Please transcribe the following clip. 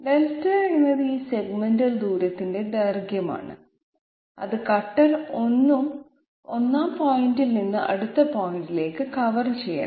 δ എന്നത് ഈ സെഗ്മെന്റൽ ദൂരത്തിന്റെ ദൈർഘ്യമാണ് അത് കട്ടർ 1 ആം പോയിന്റിൽ നിന്ന് അടുത്ത പോയിന്റിലേക്ക് കവർ ചെയ്യണം